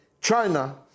China